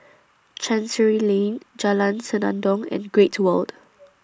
Chancery Lane Jalan Senandong and Great World